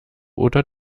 oder